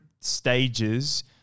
stages